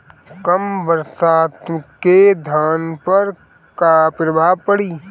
कम बरसात के धान पर का प्रभाव पड़ी?